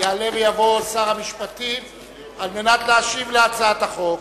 יעלה ויבוא שר המשפטים על מנת להשיב על הצעת החוק.